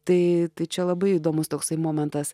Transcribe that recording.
tai čia labai įdomus toksai momentas